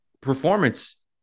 performance